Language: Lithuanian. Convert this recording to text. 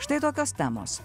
štai tokios temos